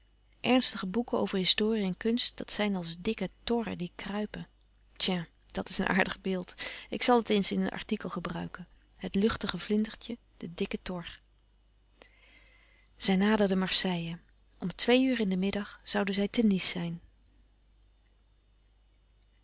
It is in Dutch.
ernstige boeken over historie en kunst dat zijn als dikke torren die kruipen tiens dat is een aardig beeld ik zal het eens in een artikel gebruiken het luchtige vlindertje de dikke tor louis couperus van oude menschen de dingen die voorbij gaan zij naderden marseille om twee uur in den middag zouden zij te nice zijn